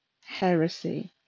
heresy